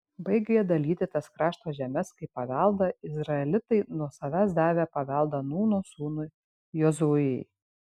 baigę dalyti tas krašto žemes kaip paveldą izraelitai nuo savęs davė paveldą nūno sūnui jozuei